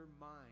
mind